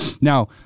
Now